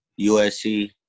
USC